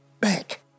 back